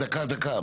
דקה, דקה.